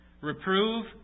Reprove